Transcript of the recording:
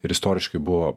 ir istoriškai buvo